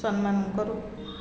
ସମ୍ମାନ କରୁ